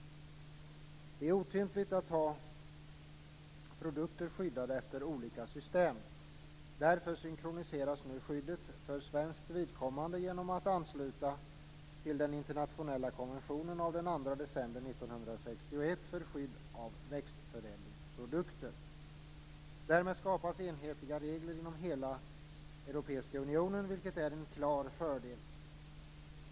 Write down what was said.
Det är otympligt att ha produkter skyddade efter olika system. Därför synkroniseras nu skyddet för svenskt vidkommande genom en anslutning till den internationella konventionen av den 2 december 1961 för skydd av växtförädlingsprodukter. Därmed skapas enhetliga regler inom hela den europeiska unionen, vilket är en klar fördel.